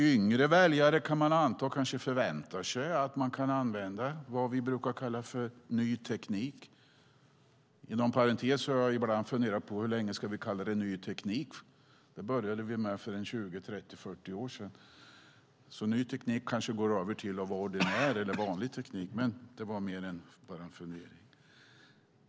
Yngre väljare kanske förväntar sig att man ska kunna använda det vi kallar ny teknik. Inom parentes funderar jag på hur länge vi ska kalla det ny teknik. Vi började ju med det för 20, 30, 40 år sedan. Snart går ny teknik kanske över till att vara vanlig teknik. Men det är som sagt bara en fundering.